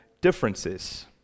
differences